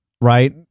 right